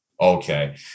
Okay